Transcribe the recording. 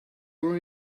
were